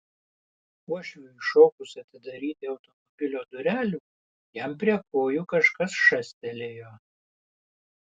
uošviui šokus atidaryti automobilio durelių jam prie kojų kažkas šastelėjo